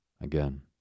Again